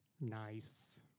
Nice